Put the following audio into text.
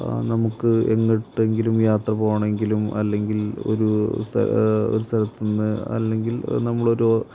നമുക്ക് എങ്ങോട്ടെങ്കിലും യാത്ര പോകണമെങ്കിലും അല്ലെങ്കിൽ ഒരു സ്ഥലത്തുനിന്ന് അല്ലെങ്കിൽ നമ്മളൊരു